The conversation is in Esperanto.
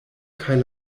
kaj